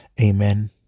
Amen